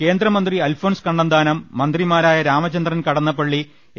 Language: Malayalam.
കേന്ദ്രമന്ത്രി അൽഫോൺസ് കണ്ണന്താനം മന്ത്രിമാരായ രാമചന്ദ്രൻ കടന്നപ്പള്ളി എ